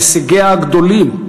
על הישגיה הגדולים,